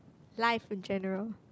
life in general